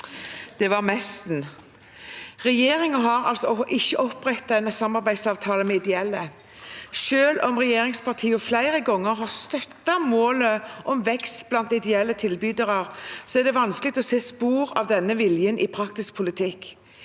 «Regjerin- gen har ikke opprettet samarbeidsavtaler med ideelle aktører. Selv om regjeringspartiene flere ganger har støttet målet om en vekst blant ideelle tilbydere, er det vanskelig å se spor av denne viljen i praktisk politikk.